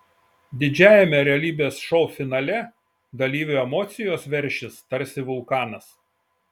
didžiajame realybės šou finale dalyvių emocijos veršis tarsi vulkanas